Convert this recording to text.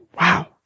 Wow